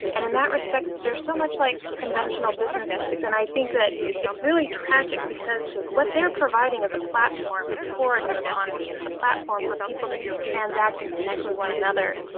and in that respect they are so much like conventional businesses, and i think that it's really tragic because what they are providing is a platform for a new economy, it's a platform for people to transact and connect with one another.